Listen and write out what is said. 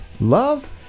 love